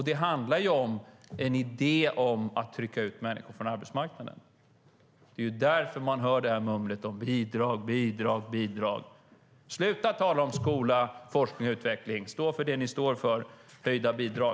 Det handlar om en idé om att trycka ut människor från arbetsmarknaden. Det är därför man hör mumlet om bidrag, bidrag, bidrag. Sluta tala om skola, forskning och utveckling! Stå för det ni står för: Höjda bidrag!